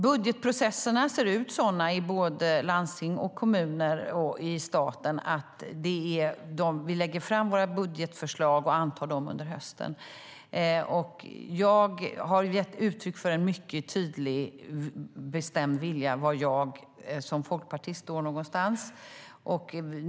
Budgetprocesserna i såväl landsting och kommuner som staten ser ut så att vi lägger fram våra budgetförslag och antar dem under hösten. Jag har gett uttryck för en mycket tydlig och bestämd vilja när det gäller var jag som folkpartist står.